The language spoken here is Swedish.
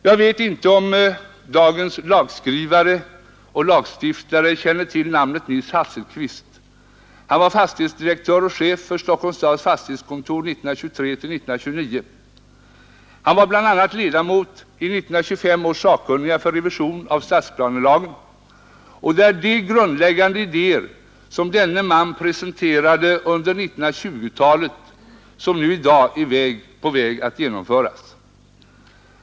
Jag vet inte om dagens lagskrivare och lagstiftare känner till namnet Nils Hasselquist. Han var fastighetsdirektör och chef för Stockholms stads fastighetskontor 1923—1929. Han var bl.a. ledamot i 1925 års sakkunniga för revision av stadsplanelagen, och det är de grundläggande idéer som denne man presenterade under 1920-talet som nu är på väg att genomföras.